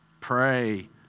Pray